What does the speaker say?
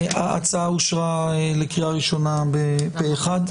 ההצעה אושרה לקריאה ראשונה בפה אחד.